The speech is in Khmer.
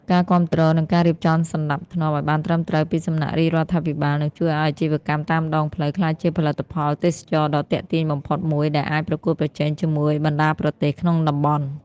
ការគាំទ្រ និងការរៀបចំសណ្ដាប់ធ្នាប់ឱ្យបានត្រឹមត្រូវពីសំណាក់រាជរដ្ឋាភិបាល នឹងជួយឱ្យអាជីវកម្មតាមដងផ្លូវក្លាយជាផលិតផលទេសចរណ៍ដ៏ទាក់ទាញបំផុតមួយ ដែលអាចប្រកួតប្រជែងជាមួយបណ្ដាប្រទេសក្នុងតំបន់។